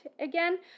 again